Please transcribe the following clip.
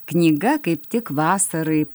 knyga kaip tik vasarai